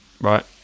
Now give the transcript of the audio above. right